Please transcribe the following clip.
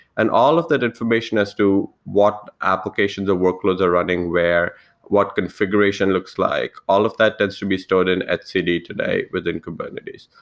and all of that information as to what application the workloads are running where what configuration looks like, all of that that tends to be stored in etcd today within kubernetes.